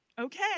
Okay